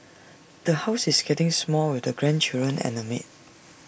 the house is getting small with the grandchildren and A maid